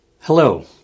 Hello